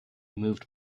moved